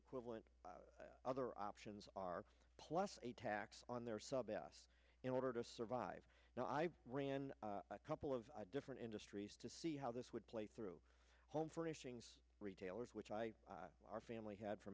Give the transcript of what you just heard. equivalent other options are plus a tax on their best in order to survive now i ran a couple of different industries to see how this would play through home furnishings retailers which i our family had for